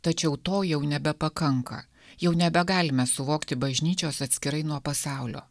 tačiau to jau nebepakanka jau nebegalime suvokti bažnyčios atskirai nuo pasaulio